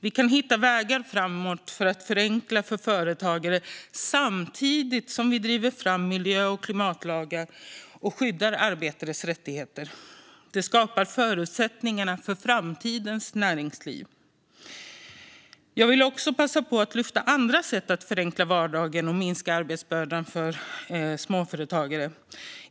Vi kan hitta vägar framåt för att förenkla för företagare samtidigt som vi driver fram miljö och klimatlagar och skyddar arbetares rättigheter. Det skapar förutsättningar för framtidens näringsliv. Jag vill också passa på att lyfta andra sätt att förenkla vardagen och minska arbetsbördan för småföretagare.